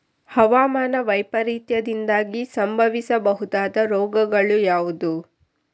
ಹವಾಮಾನ ವೈಪರೀತ್ಯದಿಂದಾಗಿ ಸಂಭವಿಸಬಹುದಾದ ರೋಗಗಳು ಯಾವುದು?